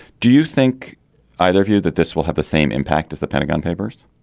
do you think either view that this will have the same impact as the pentagon papers,